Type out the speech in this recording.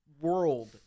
world